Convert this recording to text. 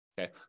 Okay